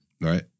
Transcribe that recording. right